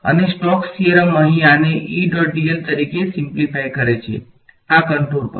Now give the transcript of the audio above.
અને Stokes theorem અહીં આને તરીકે સીમ્પ્લીફાય કરે છે આ કંટુર પર